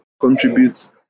contributes